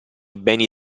beni